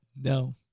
no